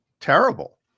terrible